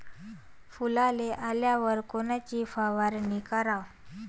फुलाले आल्यावर कोनची फवारनी कराव?